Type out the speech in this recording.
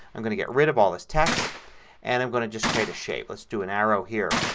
i'm going to get rid of all this text and i'm going to just create a shape. let's do an arrow here.